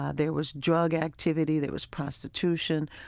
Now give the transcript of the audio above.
ah there was drug activity. there was prostitution.